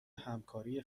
همکاری